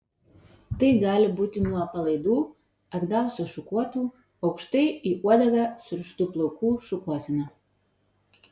tai gali būti nuo palaidų atgal sušukuotų aukštai į uodegą surištų plaukų šukuosena